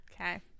Okay